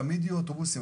תמיד יהיו אוטובוסים,